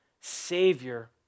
Savior